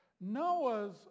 Noah's